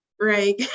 right